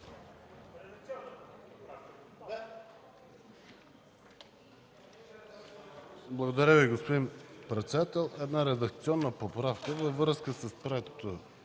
Благодаря Ви, господин председател. Една редакционна поправка във връзка с приетия